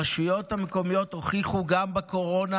הרשויות המקומיות הוכיחו גם בקורונה